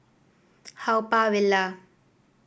Haw Par Villa